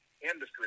industry